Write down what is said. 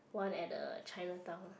one at the chinatown